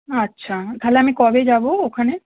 আচ্ছা তাহলে আমি কবে যাব ওখানে